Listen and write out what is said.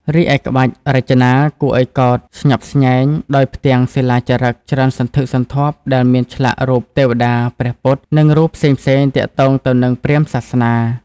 រីឯក្បាច់រចនាគួរអោយកោតស្ញប់ស្ញែងដោយផ្ទាំង សិលាចារឹក ច្រើនសន្ធឹកសន្ធាប់ដែលមានឆ្លាក់រូបទេវតា ព្រះពុទ្ធ និងរូបផ្សេងៗទាក់ទងទៅនិងព្រាហ្មណ៍សាសនា ។